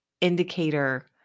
indicator